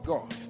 God